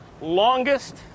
longest